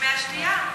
במי השתייה.